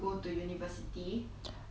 ya but if my result cannot